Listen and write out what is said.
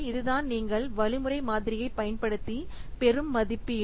இதுதான் நீங்கள் வழிமுறை மாதிரியைப் பயன்படுத்தி பெரும் மதிப்பீடு